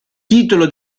titolo